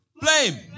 blame